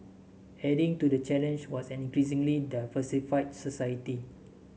adding to the challenge was an increasingly diversified society